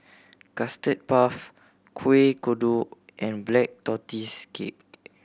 Custard Puff Kuih Kodok and Black Tortoise Cake